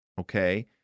okay